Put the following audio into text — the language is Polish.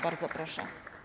Bardzo proszę.